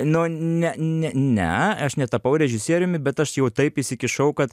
nu ne ne ne aš netapau režisieriumi bet aš jau taip įsikišau kad